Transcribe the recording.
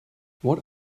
what